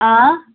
آ